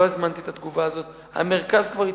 לא הזמנתי את התגובה הזאת, המרכז כבר התפוצץ.